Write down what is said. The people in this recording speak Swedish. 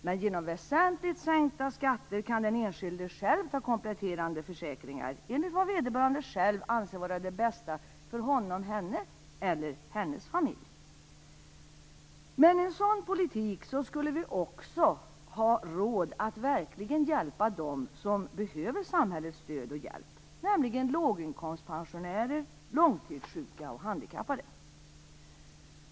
Med hjälp av väsentligt sänkta skatter kan den enskilde själv ta kompletterande försäkringar enligt vad vederbörande själv anser vara det bästa för honom/henne eller familjen. Med en sådan politik skulle vi också ha råd att verkligen hjälpa dem som behöver samhällets stöd och hjälp, nämligen låginkomstpensionärer, långtidssjuka och handikappade.